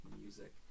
music